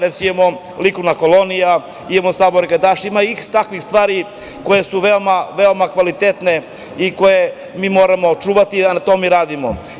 Recimo, imamo likovnu koloniju, imamo sabor gajdaša, ima iks takvih stvari koje su veoma kvalitetne i koje mi moramo čuvati i na tome radimo.